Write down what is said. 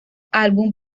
álbum